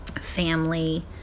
family